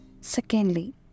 secondly